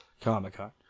Comic-Con